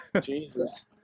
Jesus